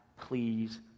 please